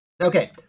Okay